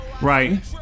right